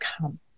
come